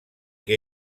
que